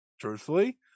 truthfully